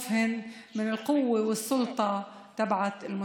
החשש שלהן מהכוח ומהמרות של המטריד.